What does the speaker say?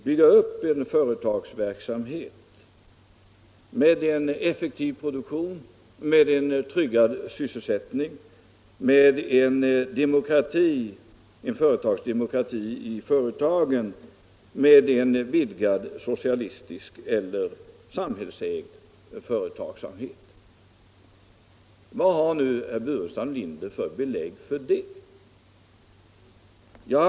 Herr Burenstam Linder tror inte att det går att med en vidgad socialistisk eller samhällsägd företagsverksamhet bygga upp en effektiv produktion med tryggad sysselsättning och företagsdemokrati. Vad har nu herr Burenstam Linder för belägg för det? Inga!